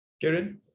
Karen